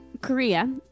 Korea